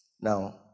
Now